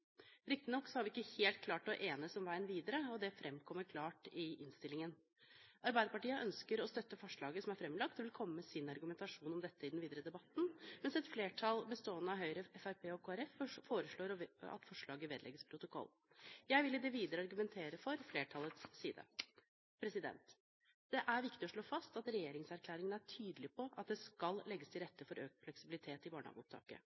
Riktignok har vi ikke helt klart å enes om veien videre – det framkommer klart av innstillingen slik den foreligger. Arbeiderpartiet ønsker å støtte forslaget som er framlagt, og vil komme med sin argumentasjon for dette i den videre debatten, mens et flertall – bestående av Høyre, Fremskrittspartiet og Kristelig Folkeparti – foreslår at forslaget vedlegges protokollen. Jeg vil i det videre argumentere for flertallets syn. Det er viktig å slå fast at regjeringserklæringen er tydelig på at det skal legges til rette for økt fleksibilitet i barnehageopptaket.